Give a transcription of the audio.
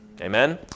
Amen